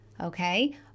Okay